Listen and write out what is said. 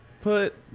put